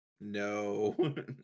No